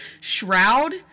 Shroud